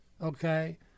okay